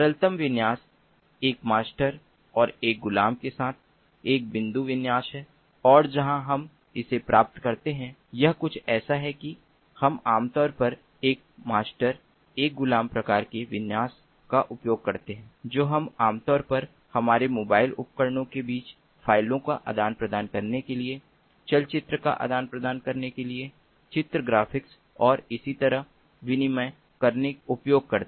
सरलतम विन्यास एक मास्टर और एक गुलाम के साथ एक बिंदुवार विन्यास है और जहां हम इसे प्राप्त करते हैं यह कुछ ऐसा है कि हम आमतौर पर एकल मास्टर एकल गुलाम प्रकार के विन्यास का उपयोग करते हैं जो हम आमतौर पर हमारे मोबाइल उपकरणों के बीच फ़ाइलों का आदान प्रदान करने के लिए चलचित्र का आदान प्रदान करने के लिए चित्र ग्राफिक्स और इसीप्रकार विनिमय करने उपयोग करते हैं